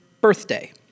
birthday